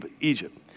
Egypt